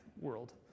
world